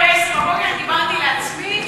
היום בעשר בבוקר דיברתי לעצמי.